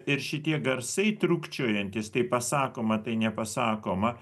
ir šitie garsai trūkčiojantys tai pasakoma tai nepasakoma